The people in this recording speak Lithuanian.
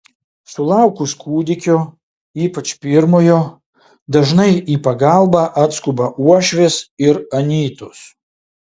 sulaukus kūdikio ypač pirmojo dažnai į pagalbą atskuba uošvės ir anytos